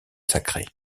sacrés